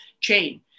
chain